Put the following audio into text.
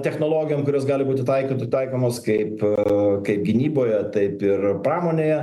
technologijom kurios gali būti taikyti taikomos kaip kaip gynyboje taip ir pramonėje